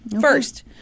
First